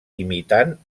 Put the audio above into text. imitant